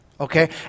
okay